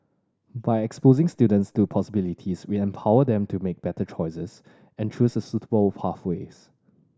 by exposing students to possibilities we empower them to make better choices and choose suitable pathways